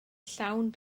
llawn